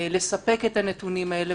לספק את הנתונים האלה,